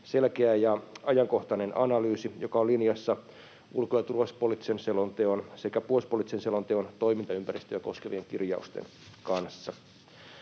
selkeä ja ajankohtainen analyysi, joka on linjassa ulko- ja turvallisuuspoliittisen selonteon sekä puolustuspoliittisen selonteon toimintaympäristöjä koskevien kirjausten kanssa.